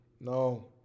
No